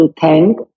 thank